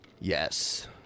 Yes